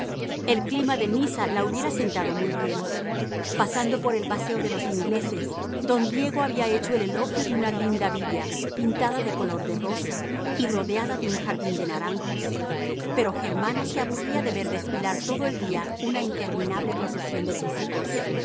el clima de niza la hubiera sentado muy bien pasando por el paseo de los ingleses don diego había hecho el elogio de una linda villa pintada de color de rosa y rodeada de un jardín de naranjos pero germana se aburría de ver desfilar todo el día una interminable procesión de tísicos